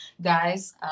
guys